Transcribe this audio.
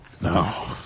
No